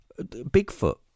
Bigfoot